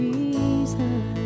Jesus